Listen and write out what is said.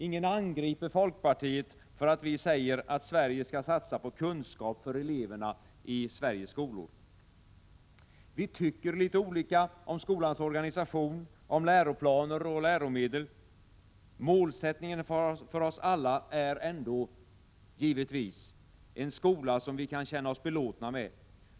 Ingen angriper folkpartiet för att vi säger, att Sverige skall satsa på kunskap för eleverna i Sveriges skolor. Vi tycker litet olika om skolans organisation, om läroplaner och läromedel. Målsättningen för oss alla är ändå — givetvis! — en skola som vi kan känna oss belåtna med.